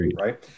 right